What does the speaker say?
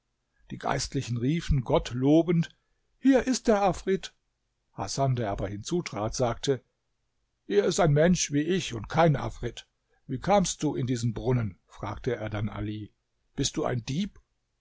die geistlichen riefen gott lobend hier ist der afrit hasan der aber hinzutrat sagte hier ist ein mensch wie ich und kein afrit wie kamst du in diesen brunnen fragte er dann ali bist du ein dieb